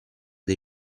dei